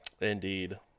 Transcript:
Indeed